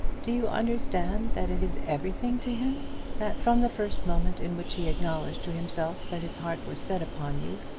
do you understand that it is everything to him that from the first moment in which he acknowledged to himself that his heart was set upon you,